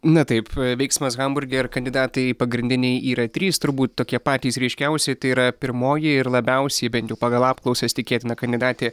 na taip veiksmas hamburge ir kandidatai pagrindiniai yra trys turbūt tokie patys ryškiausi tai yra pirmoji ir labiausiai bent jau pagal apklausas tikėtina kandidatė